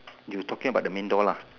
you talking about the main door lah